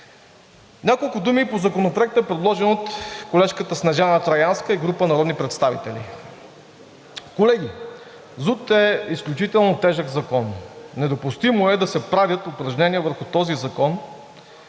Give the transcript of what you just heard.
Няколко думи по Законопроекта, предложен от колежката Снежанка Траянска и група народни представители. Колеги, ЗУТ е изключително тежък закон. Недопустимо е да се правят упражнения върху този закон,